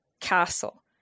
Castle